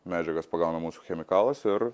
medžiagas pagauna mūsų chemikalas ir